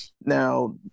Now